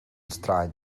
straen